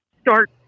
start